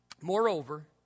Moreover